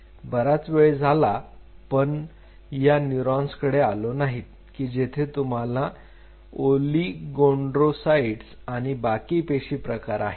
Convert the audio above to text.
बराच वेळ झाला पण यान्यूरॉनकडे आलो नाहीत की जेथे तुम्हाला ओलीगोडेंडरोसाइट्स आणि बाकी पेशी प्रकार आहे